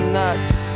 nuts